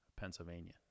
Pennsylvania